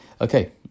Okay